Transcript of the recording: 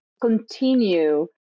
continue